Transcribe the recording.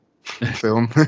film